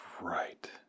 right